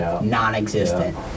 non-existent